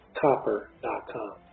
copper.com